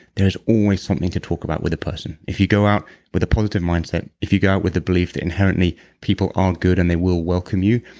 there is always something to talk about with a person. if you go out with a positive mindset, if you go out with the belief that inherently people are good and they will welcome you,